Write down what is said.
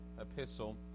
epistle